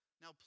Now